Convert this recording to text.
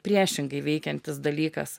priešingai veikiantis dalykas